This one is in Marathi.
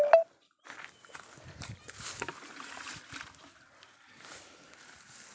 गुंतवणीचो फायदो काय असा?